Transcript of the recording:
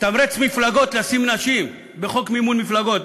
לתמרץ מפלגות לשים נשים בחוק מימון מפלגות,